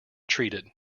treated